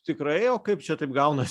tikrai o kaip čia taip gaunas